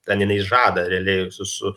ten jinai žada realiai su su